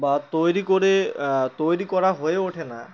বা তৈরি করে তৈরি করা হয়ে ওঠে না